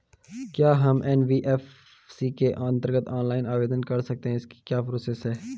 क्या हम एन.बी.एफ.सी के अन्तर्गत ऑनलाइन आवेदन कर सकते हैं इसकी क्या प्रोसेस है?